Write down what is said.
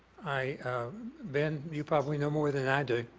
i ben, you probably know more than i do.